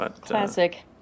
Classic